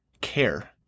care